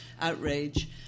outrage